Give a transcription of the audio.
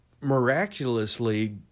miraculously